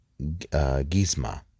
Gizma